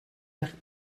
eich